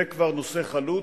זה כבר נושא חלוט,